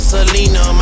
Selena